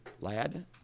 lad